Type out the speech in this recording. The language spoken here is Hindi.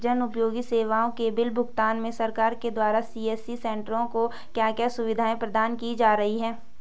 जन उपयोगी सेवाओं के बिल भुगतान में सरकार के द्वारा सी.एस.सी सेंट्रो को क्या क्या सुविधाएं प्रदान की जा रही हैं?